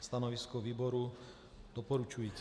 Stanovisko výboru doporučující.